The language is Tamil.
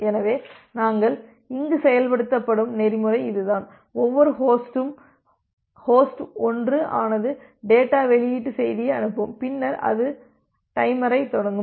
எனவே நாங்கள் இங்கு செயல்படுத்தும் நெறிமுறை இதுதான் ஒவ்வொரு ஹோஸ்டும் ஹோஸ்ட் 1 ஆனது டேட்டா வெளியீட்டு செய்தியை அனுப்பும் பின்னர் அது டைமரைத் தொடங்கும்